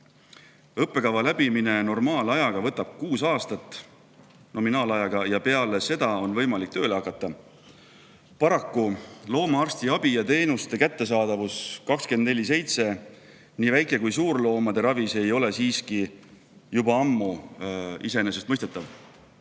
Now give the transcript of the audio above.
Õppekava läbimine nominaalajaga võtab kuus aastat ja pärast seda on võimalik tööle hakata. Paraku loomaarstiabi ja teenuste kättesaadavus 24/7 nii väike- kui ka suurloomade ravis ei ole siiski juba ammu iseenesestmõistetav. Hinnanguliselt